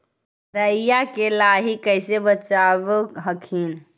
राईया के लाहि कैसे बचाब हखिन?